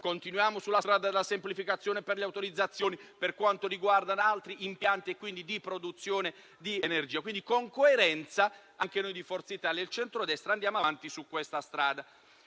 continuiamo sulla strada della semplificazione delle autorizzazioni per quanto riguarda altri impianti e quindi la produzione di energia. Con coerenza, dunque, noi di Forza Italia e il centrodestra andiamo avanti su questa strada.